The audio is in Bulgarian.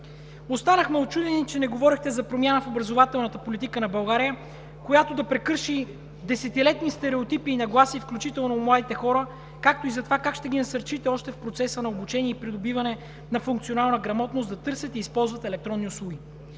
Останахме учудени, че не говорехте за промяна в образователната политика на България, която да прекърши десетилетни стереотипи и нагласи, включително на младите хора, както и за това как ще ги насърчите още в процеса на обучение и придобиване на функционална грамотност да търсят и използват електронни услуги.